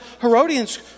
Herodians